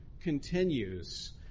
continues